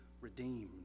redeemed